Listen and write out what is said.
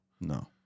No